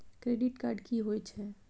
Credit card की होय छै?